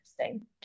interesting